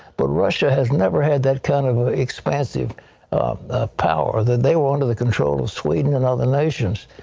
but russia has never had that kind of ah expansive ah power. they were under the control of sweden and other nations.